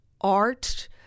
art—